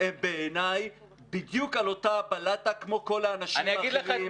הם בעיניי בדיוק על אותה בלטה כמו כל האנשים האחרים,